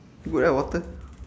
good ah water